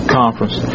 conference